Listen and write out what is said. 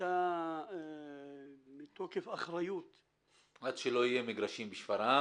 ואתה מתוקף אחריות --- עד שלא יהיו מגרשים בשפרעם,